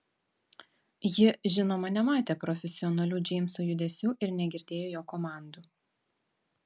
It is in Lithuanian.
ji žinoma nematė profesionalių džeimso judesių ir negirdėjo jo komandų